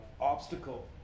obstacle